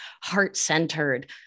heart-centered